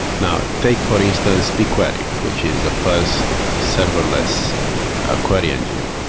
now, take for instance bigquery, which is a first serverless query engine.